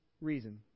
reason